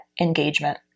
engagement